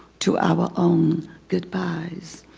to our own goodbyes.